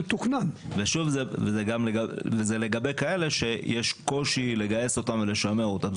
וזה לגבי כאלה שיש קושי לגייס אותם ולשמר אותם.